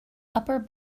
upper